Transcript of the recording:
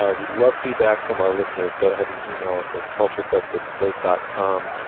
ah we'd love feedback from our listeners. go ahead and yeah e-mail us at culture fest at slate dot com.